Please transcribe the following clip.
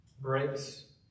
breaks